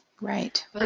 right